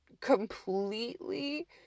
completely